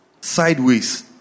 sideways